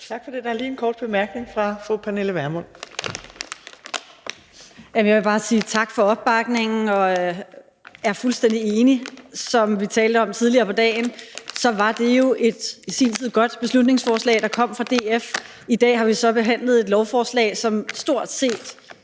Tak for det. Der er lige en kort bemærkning fra fru Pernille Vermund. Kl. 13:57 Pernille Vermund (NB): Jeg vil bare sige tak for opbakningen. Jeg er fuldstændig enig – som vi talte om tidligere på dagen, var det jo et godt beslutningsforslag, der i sin tid kom fra DF. I dag har vi så behandlet et lovforslag, som stort set